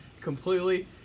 completely